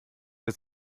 der